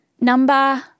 Number